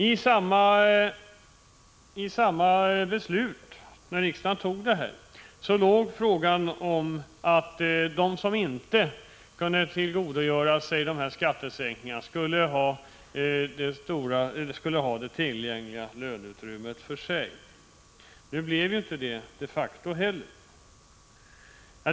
I samma beslut som riksdagen fattade låg tanken att de som inte kunde tillgodogöra sig dessa skattesänkningar skulle få det tillgängliga löneutrymmet. Men detta blev inte heller verklighet.